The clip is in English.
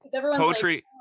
poetry